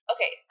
Okay